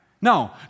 no